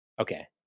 Okay